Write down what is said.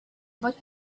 but